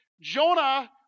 Jonah